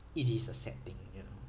it is a sad thing you know